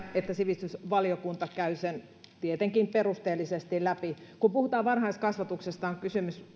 että sivistysvaliokunta käy sen tietenkin perusteellisesti läpi kun puhutaan varhaiskasvatuksesta on kysymys